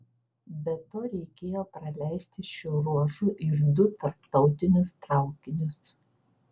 be to reikėjo praleisti šiuo ruožu ir du tarptautinius traukinius